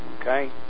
Okay